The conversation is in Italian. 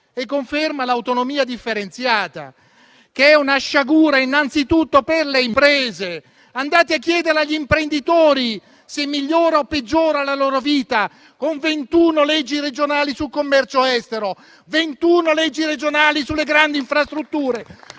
e conferma l'autonomia differenziata, che è una sciagura innanzitutto per le imprese. Andate a chiedere agli imprenditori se la loro vita migliora o peggiora con 21 leggi regionali sul commercio estero, 21 leggi regionali sulle grandi infrastrutture,